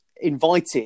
invited